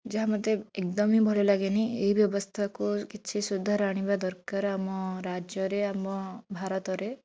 ଯାହା ମୋତେ ଏକଦମ୍ ବି ଭଲ ଲାଗେନି ଏହି ବ୍ୟବସ୍ଥାକୁ କିଛି ସୁଧାର ଆଣିବା ଦରକାର ଆମ ରାଜ୍ୟରେ ଆମ ଭାରତରେ